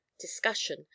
discussion